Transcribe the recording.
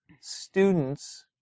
students